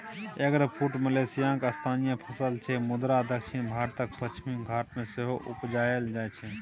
eggfruit मलेशियाक स्थानीय फसल छै मुदा दक्षिण भारतक पश्चिमी घाट मे सेहो उपजाएल जाइ छै